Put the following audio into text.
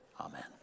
amen